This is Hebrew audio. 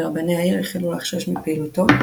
ורבני העיר החלו לחשוש מפעילותו,